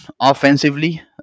offensively